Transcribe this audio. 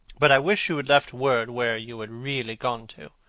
but i wish you had left word where you had really gone to.